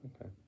Okay